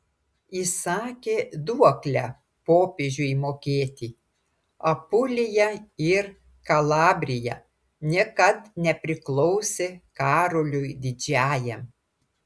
įsakė duoklę popiežiui mokėti apulija ir kalabrija niekad nepriklausė karoliui didžiajam